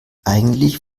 eigentlich